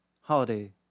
holiday